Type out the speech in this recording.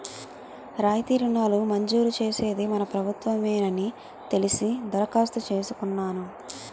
రాయితీ రుణాలు మంజూరు చేసేది మన ప్రభుత్వ మేనని తెలిసి దరఖాస్తు చేసుకున్నాను